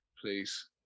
please